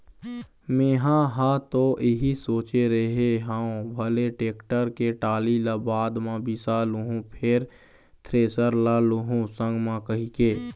मेंहा ह तो इही सोचे रेहे हँव भले टेक्टर के टाली ल बाद म बिसा लुहूँ फेर थेरेसर ल लुहू संग म कहिके